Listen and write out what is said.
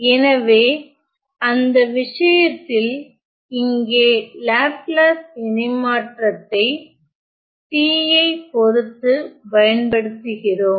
எனவே அந்த விஷயத்தில் இங்கே லாப்லாஸ் இணைமாற்றத்தை t யை பொருத்து பயன்படுத்துகிறோம்